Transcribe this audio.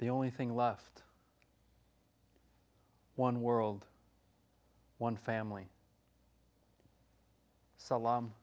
the only thing left one world one family sal